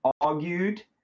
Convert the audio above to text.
argued